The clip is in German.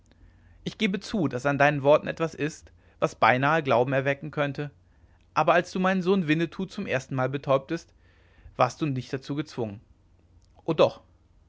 ich gebe zu daß an deinen worten etwas ist was beinahe glauben erwecken könnte aber als du meinen sohn winnetou zum erstenmal betäubtest warst du nicht dazu gezwungen o doch